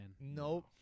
Nope